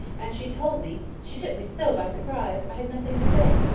and she told me she took me so by surprise, i had nothing to say.